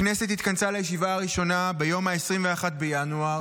הכנסת התכנסה לישיבה הראשונה ביום 21 בינואר,